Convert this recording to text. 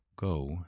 go